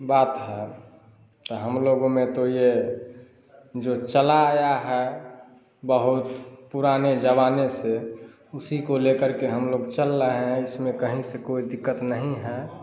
बात है तो हमलोगों में तो यह जो चला आया है बहुत पुराने ज़माने से उसी को ले करके हमलोग चल रहे हैं इसमें कहीं से कोई दिक्कत नहीं है